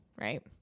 right